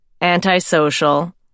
antisocial